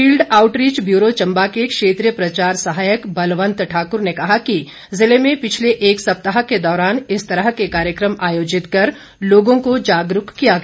field outreach bureau Chamba के क्षेत्रीय प्रचार सहायक बलवंत ठाकुर ने कहा कि जिले में पिछले एक सप्ताह के दौरान इस तरह के कार्यक्रम आयोजित कर लोगों को जागरूक किया गया